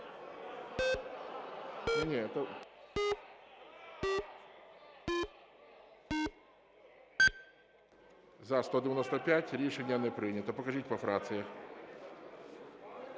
За-195 Рішення не прийнято. Покажіть по фракціях.